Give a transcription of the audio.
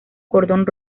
cordón